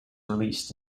released